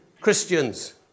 Christians